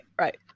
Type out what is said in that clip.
right